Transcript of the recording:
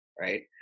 right